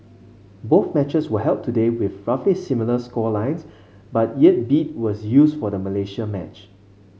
both matches were held today with roughly similar score lines but yet beat was used for the Malaysia match